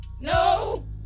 No